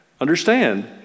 Understand